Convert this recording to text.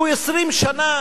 הוא 20 שנה